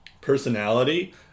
personality